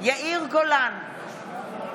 יאיר גולן, בעד מאי גולן,